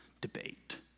debate